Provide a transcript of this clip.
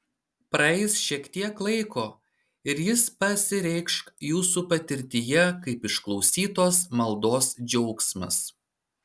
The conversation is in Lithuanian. praeis šiek tiek laiko ir jis pasireikš jūsų patirtyje kaip išklausytos maldos džiaugsmas